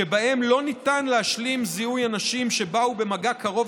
שבהם לא ניתן להשלים זיהוי אנשים שבאו במגע קרוב